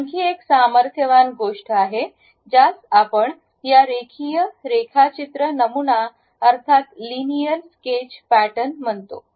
आणखी एक सामर्थ्यवान गोष्ट आहे ज्यास आपण या रेखीय रेखाचित्र नमुना अर्थात लिनियर स्केच पॅटरन म्हणतो